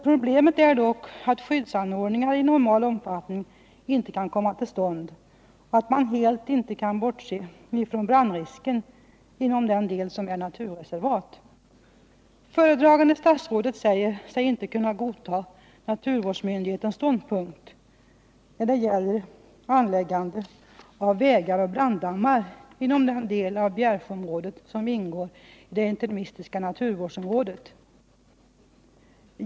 Problemet är dock att skyddsanordningar i normal omfattning inte kan komma till stånd och att man inte helt kan bortse från brandrisken inom den del som är naturreservat. Föredragande statsrådet säger sig inte kunna godta naturvårdsmyndighetens ståndpunkt när det gäller anläggande av vägar och branddammar inom den del av Bjärsjöområdet som ingår i det interimistiska naturvårdsområdet.